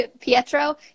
Pietro